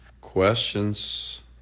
Questions